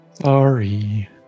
Sorry